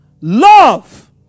Love